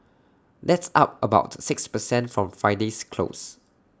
that's up about six per cent from Friday's close